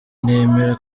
nemera